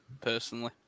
personally